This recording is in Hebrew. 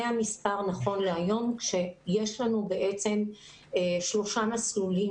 זה המספר נכון להיום כשיש לנו בעצם שלושה מסלולים